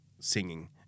singing